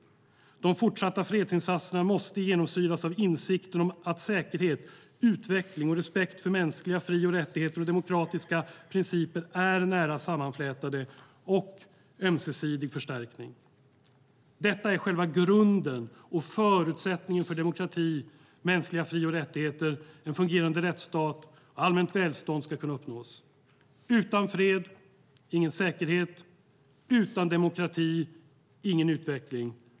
De fortsatta fredsinsatserna måste genomsyras av insikten om att säkerhet, utveckling och respekt för mänskliga fri och rättigheter och demokratiska principer är nära sammanflätade med ömsesidig förstärkning. Detta är själva grunden och förutsättningen för att demokrati, mänskliga fri och rättigheter, en fungerande rättstat och allmänt välstånd ska kunna uppnås. Utan fred, ingen säkerhet. Utan demokrati, ingen utveckling.